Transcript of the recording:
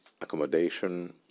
accommodation